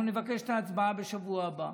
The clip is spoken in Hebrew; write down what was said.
אנחנו נבקש את ההצבעה בשבוע הבא.